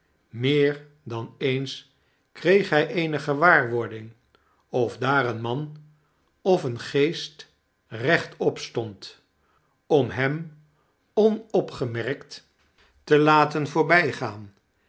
meer dan eens kreeg hij eeine gewaarwording of daar een man of een geest reohtop stond om hem onopgieinerkt te laten voorfoijgaan